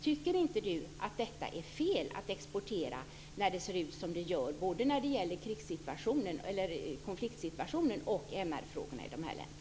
Tycker inte Carina Hägg att det är fel att exportera när det ser ut som det gör när det gäller både konfliktsituationen och MR-frågorna i dessa länder?